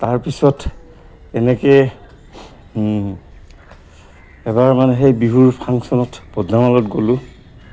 তাৰপিছত এনেকে এবাৰ মানে সেই বিহুৰ ফাংচনত গ'লোঁ